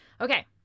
Okay